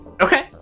Okay